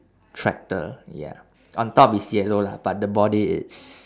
tractor ya on top is yellow lah but the body it's